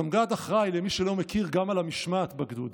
סמג"ד אחראי גם למשמעת בגדוד,